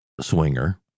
swinger